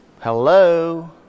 Hello